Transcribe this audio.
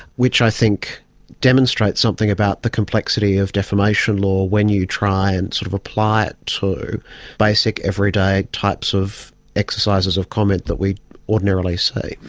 which i think demonstrates something about the complexity of defamation law when you try and sort of apply it to basic everyday types of exercises of comment that we ordinarily see.